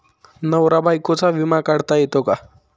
नवरा बायकोचा विमा काढता येतो का?